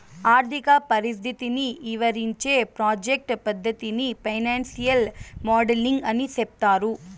ఆర్థిక పరిస్థితిని ఇవరించే ప్రాజెక్ట్ పద్దతిని ఫైనాన్సియల్ మోడలింగ్ అని సెప్తారు